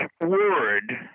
word